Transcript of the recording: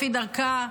לפי דרכה,